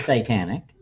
satanic